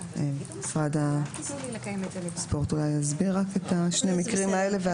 משרד הספורט יסביר את שני המקרים האלה ואז נמשיך.